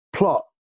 plot